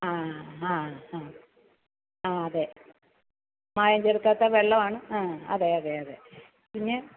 ആ ആ ആ ആ അതെ മായം ചേര്ക്കാത്ത വെള്ളമാണ് ആ അതെ അതെ അതെ പിന്നെ